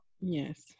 Yes